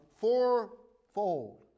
fourfold